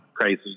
crazy